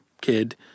kid